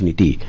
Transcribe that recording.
and da